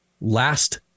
last